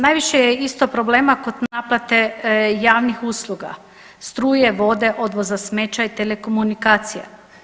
Najviše je isto problema kod naplate javnih usluga struje, vode, odvoza smeća i telekomunikacija.